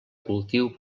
cultiu